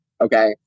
okay